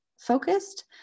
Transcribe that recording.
focused